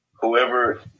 whoever